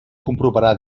comprovarà